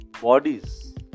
bodies